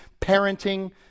parenting